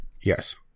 Yes